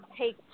take